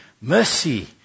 mercy